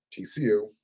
TCU